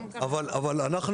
אבל אנחנו